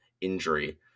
injury